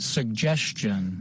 Suggestion